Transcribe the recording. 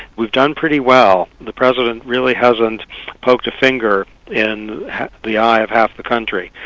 we've done pretty well, the president really hasn't poked a finger in the eye of half the country.